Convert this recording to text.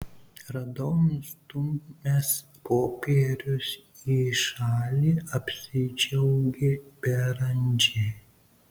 radau nustūmęs popierius į šalį apsidžiaugė beranžė